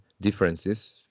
differences